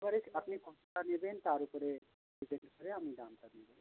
এবারে আপনি কতটা নেবেন তার ওপরে ডিপেন্ড করে আমি দামটা নেবো